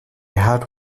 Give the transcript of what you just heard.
had